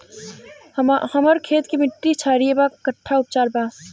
हमर खेत के मिट्टी क्षारीय बा कट्ठा उपचार बा?